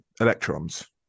electrons